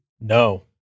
No